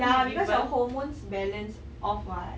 ya because your hormones balance off [what]